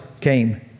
came